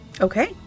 Okay